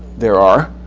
there are.